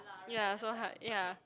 ya so hard ya